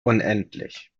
unendlich